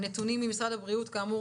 הנתונים ממשרד הבריאות כאמור,